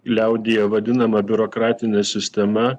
liaudyje vadinama biurokratine sistema